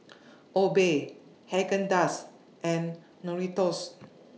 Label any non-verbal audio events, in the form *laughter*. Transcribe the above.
*noise* Obey Haagen Dazs and Doritos